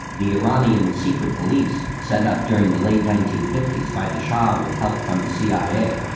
the iranian secret police set up during the late nineteen fifty s by the shah with help from the cia.